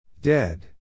Dead